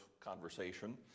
conversation